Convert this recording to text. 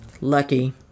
Lucky